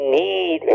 need